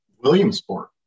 Williamsport